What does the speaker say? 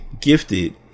gifted